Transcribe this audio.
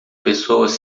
pessoas